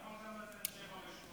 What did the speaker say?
אתה יכול לתת גם שבע ושמונה,